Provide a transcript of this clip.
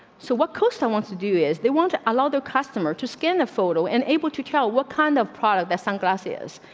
so what costa wants to do is they want a lot of customer to skin the photo and able to tell what kind of product that sunglasses.